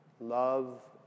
Love